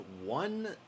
one